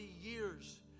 years